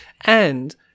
And-